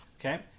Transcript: Okay